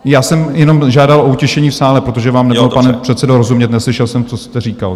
Já jsem jenom žádal o utišení v sále, protože vám nebylo, pane předsedo, rozumět, neslyšel jsem, co jste říkal.